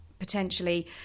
potentially